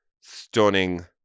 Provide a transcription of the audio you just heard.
stunning